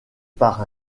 par